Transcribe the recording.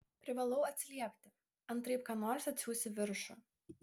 privalau atsiliepti antraip ką nors atsiųs į viršų